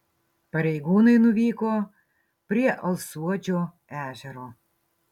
pareigūnai nuvyko prie alsuodžio ežero